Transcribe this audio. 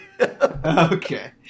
Okay